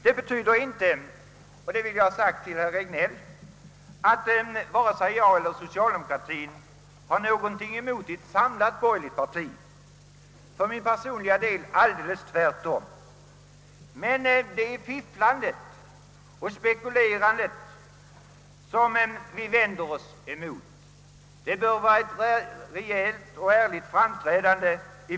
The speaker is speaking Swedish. Det betyder inte — och det vill jag säga speciellt till herr Regnéll — att jag eller övriga socialdemokrater har någonting emot ett samlat borgerligt parti. För min personliga del är det tvärtom, men det är fifflandet och spekulerandet i valmetoden som jag vänder mig emot. Partierna bör vinnlägga sig om ett rejält och ärligt framträdande.